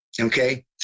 Okay